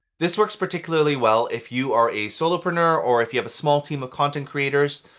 this works particularly well if you are a solopreneur or if you have a small team of content creators.